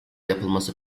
yapılması